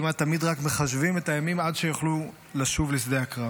כמעט תמיד רק מחשבים את הימים עד שיוכלו לשוב לשדה הקרב.